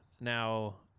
now